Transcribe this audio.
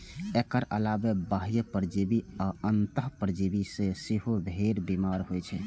एकर अलावे बाह्य परजीवी आ अंतः परजीवी सं सेहो भेड़ बीमार होइ छै